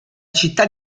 città